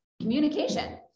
communication